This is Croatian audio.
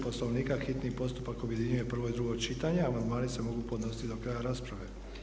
Poslovnika hitni postupka objedinjuje prvo i drugo čitanje, a amandmani se mogu podnositi do kraja rasprave.